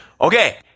Okay